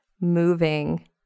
moving